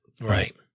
Right